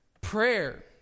Prayer